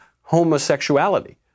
homosexuality